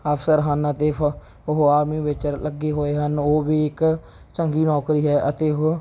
ਅਫ਼ਸਰ ਹਨ ਅਤੇ ਫ ਉਹ ਆਰਮੀ ਵਿੱਚ ਲੱਗੇ ਹੋਏ ਹਨ ਉਹ ਵੀ ਇੱਕ ਚੰਗੀ ਨੌਕਰੀ ਹੈ